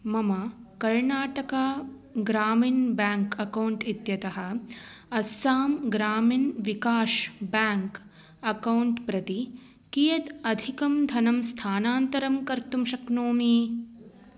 मम Karnataka Gramin bank account इत्यतः Assam Gramin Vikash bank account प्रति कियत् अधिकं धनं स्थानान्तरं कर्तुं शक्नोमि